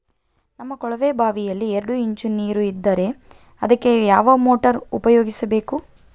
ನಮ್ಮ ಕೊಳವೆಬಾವಿಯಲ್ಲಿ ಎರಡು ಇಂಚು ನೇರು ಇದ್ದರೆ ಅದಕ್ಕೆ ಯಾವ ಮೋಟಾರ್ ಉಪಯೋಗಿಸಬೇಕು?